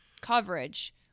coverage